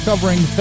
Covering